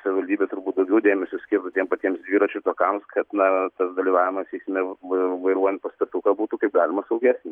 savivaldybė turbūt daugiau dėmesio skirtų tiem patiems dviračių takams kad na tas dalyvavimas eisme vai vairuojant paspirtuką būtų kaip galima saugesnis